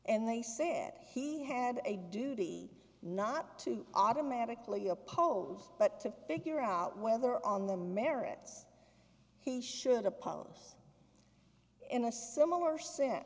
and they said he had a duty not to automatically oppose but to figure out whether on the merits he should apologise in a similar s